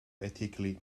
ethically